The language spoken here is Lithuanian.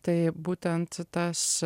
tai būtent tas